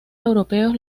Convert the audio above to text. europeos